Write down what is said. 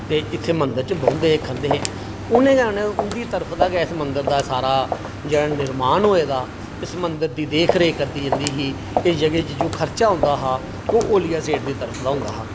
ते इत्थै मंदर च बौंह्दे हे खंदे हे उनें गा आना उंदी तरफ दा गै इक मंदर दा सारा जेह्ड़ा निर्माण होए दा इस मंदर दी देखरेख कीती जंदी ही इस जगह् जो खर्चा होंदा हा ओह् ओलिया सेठ दी तरफा होंदा हा